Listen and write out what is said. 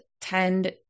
tend